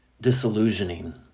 disillusioning